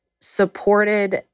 supported